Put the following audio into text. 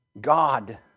God